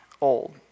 old